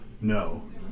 No